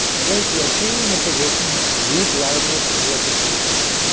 that is, you are changing the position of the read write head relative to the tape.